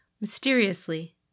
Mysteriously